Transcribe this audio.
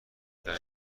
مفید